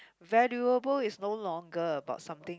valuable is no longer about something